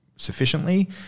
sufficiently